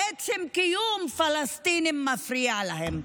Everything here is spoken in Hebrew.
עצם קיום הפלסטינים מפריע להם.